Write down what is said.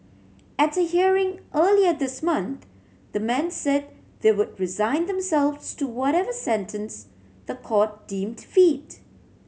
at a hearing earlier this month the men said they would resign themselves to whatever sentence the court deemed fit